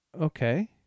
Okay